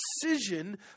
precision